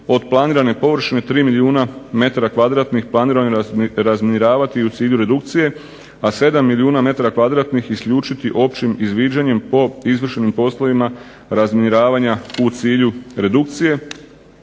od planirane površine 3 milijuna metara kvadratnih planiranih razminiravati u cilju redukcije, a 7 milijuna metara kvadratnih isključiti općim izviđanjem po izvršenim poslovima razminiravanja u cilju redukcije.